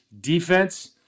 defense